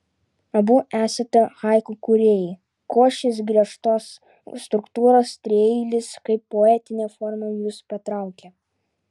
abu esate haiku kūrėjai kuo šis griežtos struktūros trieilis kaip poetinė forma jus patraukė